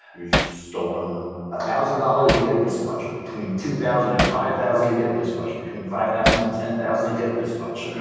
you've stolen a thousand dollars. you get this much between two thousand. and five thousand. you get this much between five thousand and ten thousand. get this much.